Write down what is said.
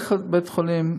כל בית-חולים,